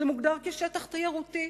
זה מוגדר כשטח תיירותי,